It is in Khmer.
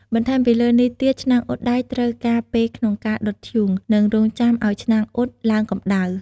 បន្ថែមពីលើនេះទៀត ឆ្នាំងអ៊ុតដែកត្រូវការពេលក្នុងការដុតធ្យូង និងរង់ចាំឱ្យឆ្នាំងអ៊ុតឡើងកម្ដៅ។